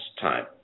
time